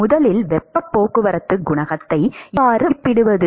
முதலில் வெப்ப போக்குவரத்து குணகத்தை எவ்வாறு மதிப்பிடுவது